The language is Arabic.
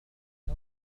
سوف